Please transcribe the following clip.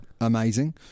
amazing